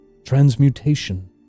Transmutation